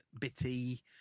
bitty